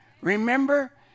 Remember